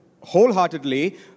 wholeheartedly